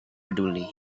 peduli